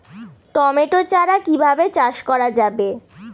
Tomato চারা কিভাবে চাষ করা যাবে?